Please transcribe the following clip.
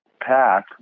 path